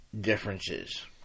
differences